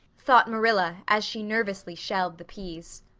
thought marilla, as she nervously shelled the peas.